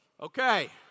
Okay